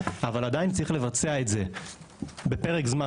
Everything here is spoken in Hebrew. אבל עדיין צריך לבצע את זה בפרק זמן